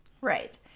Right